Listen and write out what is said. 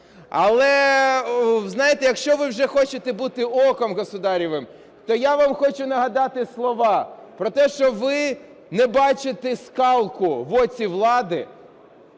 Але, знаєте, якщо ви вже хочете бути "оком государевым", то я вам хочу нагадати слова про те, що ви не бачите колоду в оці влади,